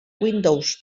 windows